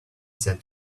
said